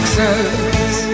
Texas